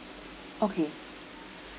okay